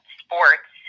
sports